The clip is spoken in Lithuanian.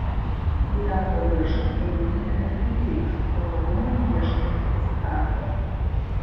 į darbo biržą eiti nebeprireiks patogumai ieškantiems darbo